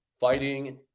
fighting